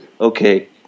Okay